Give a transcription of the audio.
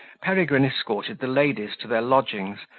peregrine escorted the ladies to their lodgings,